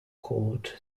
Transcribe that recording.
court